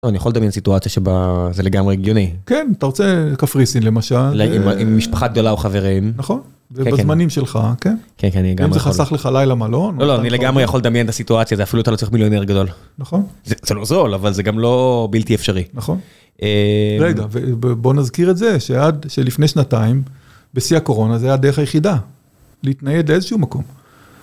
אני יכול לדמיין סיטואציה שבה זה לגמרי הגיוני. כן, אתה רוצה קפריסין למשל. עם משפחת גדולה או חברים. נכון, זה בזמנים שלך, כן. כן, כן, אני גם יכול. אם זה חסך לך לילה מלון. לא, לא, אני לגמרי יכול לדמיין את הסיטואציה, זה אפילו אתה לא צריך מיליונר גדול. נכון. זה לא זול, אבל זה גם לא בלתי אפשרי. נכון. רגע, בוא נזכיר את זה, שעד, שלפני שנתיים, בשיא הקורונה זה היה הדרך היחידה, להתנייד לאיזשהו מקום.